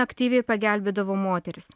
aktyviai pagelbėdavo moterys